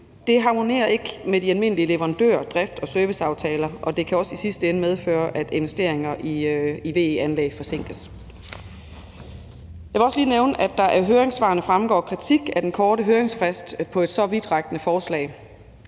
Det harmonerer ikke med de almindelige leverandør-, drift- og serviceaftaler, og det kan også i sidste ende medføre, at investeringer i VE-anlæg forsinkes. Jeg vil også lige nævne, at der af høringssvarene fremgår kritik af den korte høringsfrist på et så vidtrækkende forslag.